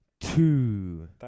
Two